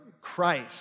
Christ